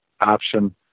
option